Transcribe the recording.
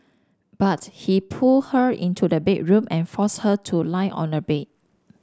but he pulled her into the bedroom and forced her to lie on a bed